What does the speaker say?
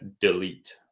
delete